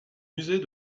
musée